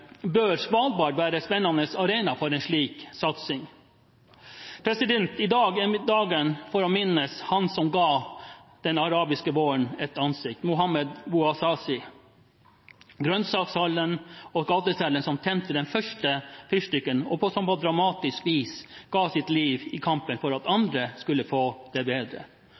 bør Svalbard være en spennende arena for en slik satsing. I dag er dagen for å minnes han som ga den arabiske våren et ansikt – Mohamed Bouazizi, grønnsakhandleren og gateselgeren som tente den første fyrstikken, og som på dramatisk vis ga sitt liv i kampen for at andre skulle få det bedre.